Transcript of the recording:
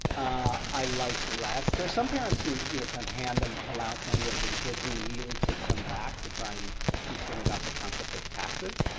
i like less. there are some parents who you know kind of hand the allowance money over to the kids and then immediately take some back, to try and teach them about the concept of taxes.